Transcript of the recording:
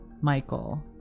Michael